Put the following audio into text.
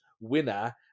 winner